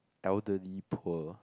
elderly poor